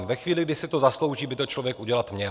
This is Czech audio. Ve chvíli, kdy si to zaslouží, by to člověk udělat měl.